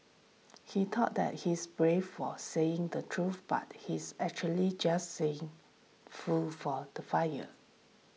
he thought that he's brave for saying the truth but he's actually just saying fuel for the fire